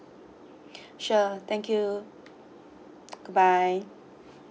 sure thank you goodbye